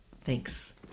thanks